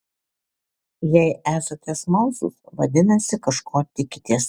jei esate smalsūs vadinasi kažko tikitės